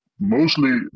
Mostly